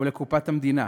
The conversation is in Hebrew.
ולקופת המדינה.